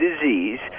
disease